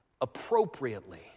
appropriately